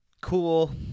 cool